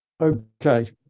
Okay